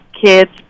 kids